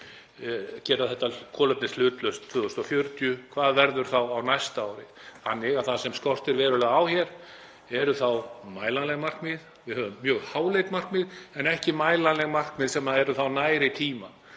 gera þetta kolefnishlutlaust 2040 en hvað verður á næsta ári? Þannig að það sem skortir verulega á hér eru mælanleg markmið. Við höfum mjög háleit markmið en ekki mælanleg markmið sem eru nær í tíma.